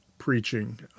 preaching